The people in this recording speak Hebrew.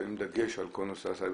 שמים דגש על כל נושא הסייבר.